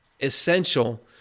essential